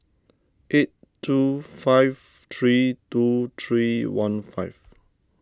eight two five three two three one five